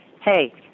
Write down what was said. hey